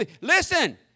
Listen